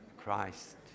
Christ